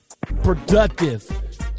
productive